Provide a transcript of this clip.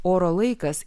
oro laikas